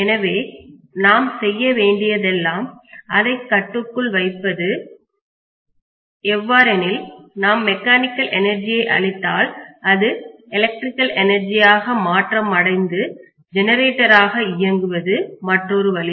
எனவே நாம் செய்ய வேண்டியதெல்லாம் அதை கட்டுக்குள் வைப்பது எவ்வாறெனில் நாம் மெக்கானிக்கல் எனர்ஜியை அளித்தால் அது எலக்ட்ரிக்கல் எனர்ஜியாக மாற்றம் அடைந்து ஜெனரேட்டர் ஆக இயங்குவது மற்றொரு வழி